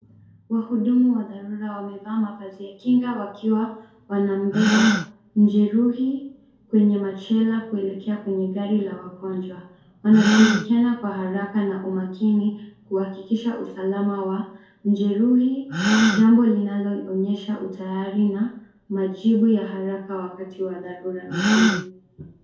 Wahudumu wa dharura wamevaa mavazi ya kinga wakiwa wanambeba mjeruhi kwenye machela kuelekea kwenye gari la wagonjwa, wanashirikiana kwa haraka na umakini kuhakikisha usalama wa mjeruhi jambo linaloonyesha utayari na majibu ya haraka wakati wa dharura mjini.